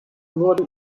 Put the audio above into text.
wurde